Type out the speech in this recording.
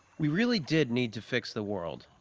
we really did need to fix the world,